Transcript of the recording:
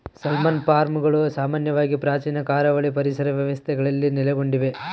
salmon ಫಾರ್ಮ್ಗಳು ಸಾಮಾನ್ಯವಾಗಿ ಪ್ರಾಚೀನ ಕರಾವಳಿ ಪರಿಸರ ವ್ಯವಸ್ಥೆಗಳಲ್ಲಿ ನೆಲೆಗೊಂಡಿವೆ